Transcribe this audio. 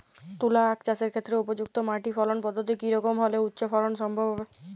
তুলো আঁখ চাষের ক্ষেত্রে উপযুক্ত মাটি ফলন পদ্ধতি কী রকম হলে উচ্চ ফলন সম্ভব হবে?